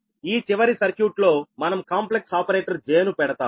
ఈ చివరి సర్క్యూట్ లో మనం కాంప్లెక్స్ ఆపరేటర్ j ను పెడతాము